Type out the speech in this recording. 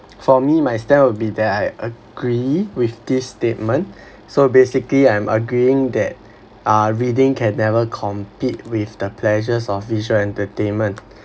for me my stand would be that I agree with this statement so basically I'm agreeing that uh reading can never compete with the pleasures of visual entertainment